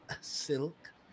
Silk